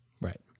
Right